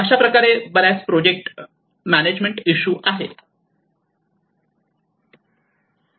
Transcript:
अशाप्रकारे बरेच project management issue आहेत